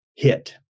hit